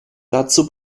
dazu